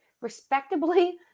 respectably